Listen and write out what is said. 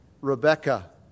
Rebecca